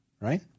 right